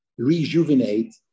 rejuvenate